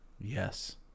Yes